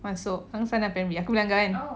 masuk angsana primary aku pernah agak kan